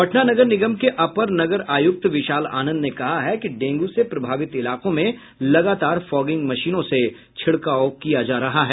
पटना नगर निगम के अपर नगर आयुक्त विशाल आनंद ने कहा है कि डेंगू से प्रभावित इलाकों में लगातार फॉगिंग मशीनों से छिड़काव किया जा रहा है